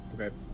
Okay